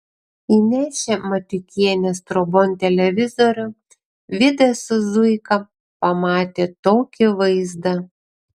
įnešę matiukienės trobon televizorių vidas su zuika pamatė tokį vaizdą